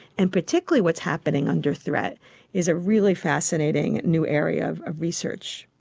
and particularly what's happening under threat is a really fascinating new area of of research.